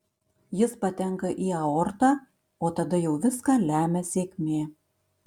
jis patenka į aortą o tada jau viską lemia sėkmė